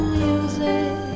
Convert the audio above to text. music